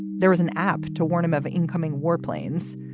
there is an app to warn him of incoming warplanes.